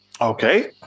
okay